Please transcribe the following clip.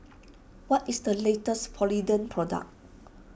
what is the latest Polident Product